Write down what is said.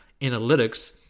analytics